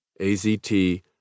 AZT